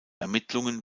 ermittlungen